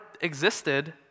existed